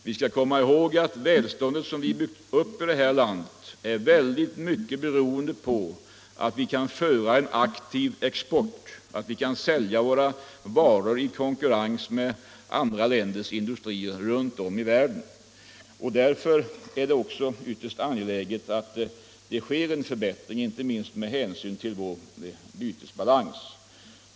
Vi bör komma ihåg att det välstånd som vi byggt upp i det här landet är synnerligen starkt beroende på att vi kan föra en aktiv exportpolitik och sälja våra varor i konkurrens med andra länders industrier runt om i världen. Därför är det också angeläget att det sker en förbättring, inte minst med hänsyn till vår bytesbalans.